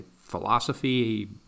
philosophy